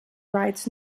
rights